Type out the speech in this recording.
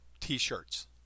T-shirts